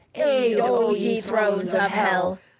aid, o ye thrones of hell!